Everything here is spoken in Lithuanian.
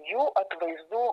jų atvaizdų